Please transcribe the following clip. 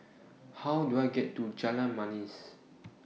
How Do I get to Jalan Manis